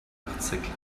article